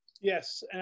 Yes